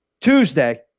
Tuesday